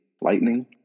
Lightning